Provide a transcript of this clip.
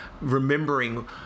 remembering